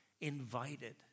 invited